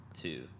two